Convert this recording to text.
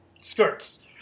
skirts